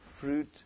fruit